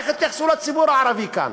איך יתייחסו לציבור הערבי כאן?